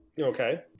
Okay